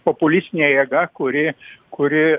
populistinė jėga kuri kuri